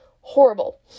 horrible